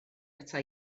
ata